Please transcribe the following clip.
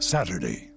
Saturday